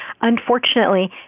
Unfortunately